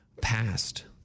Past